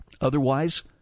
Otherwise